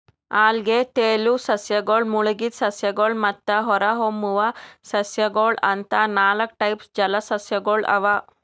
ಅಲ್ಗೆ, ತೆಲುವ್ ಸಸ್ಯಗಳ್, ಮುಳಗಿದ್ ಸಸ್ಯಗಳ್ ಮತ್ತ್ ಹೊರಹೊಮ್ಮುವ್ ಸಸ್ಯಗೊಳ್ ಅಂತಾ ನಾಲ್ಕ್ ಟೈಪ್ಸ್ ಜಲಸಸ್ಯಗೊಳ್ ಅವಾ